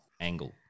angle